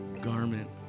garment